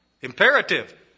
Imperative